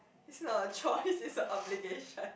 is not a choice is an obligation